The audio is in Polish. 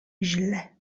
źle